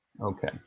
okay